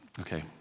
okay